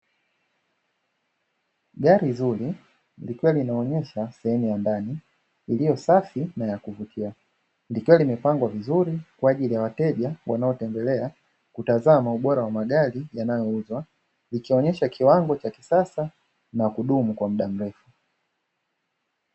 Gari zuri likiwa linaonyesha sehemu ya ndani, iliyo safi na ya kuvutia. Likiwa limepangwa vizuri kwa ajili ya wateja wanaotembelea kutazama ubora wa magari yanayouzwa, ikionyesha kiwango cha kisasa na kudumu kwa muda mrefu.